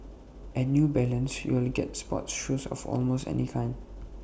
at new balance you will get sports shoes of almost any kind